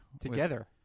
Together